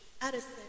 Addison